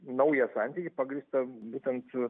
naują santykį pagrįstą būtent